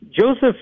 Joseph